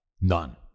none